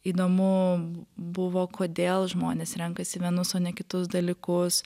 įdomu buvo kodėl žmonės renkasi vienus o ne kitus dalykus